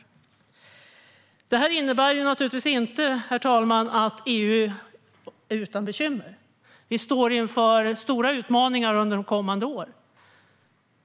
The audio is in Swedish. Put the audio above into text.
Herr talman! Det här innebär givetvis inte att EU är utan bekymmer. EU står inför stora utmaningar under de kommande åren.